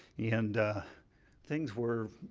yeah and things were